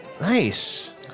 Nice